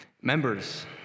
Members